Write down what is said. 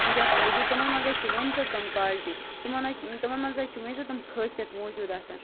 ونکیٚنَس موٗجوٗد تِمَن حظ چھِ وٕنتہٕ تم کالٹی تمن حظ چھِ تمن مَنٛز حظ چھِ ونتہٕ تِم خٲصیت موجود آسان